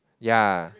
ya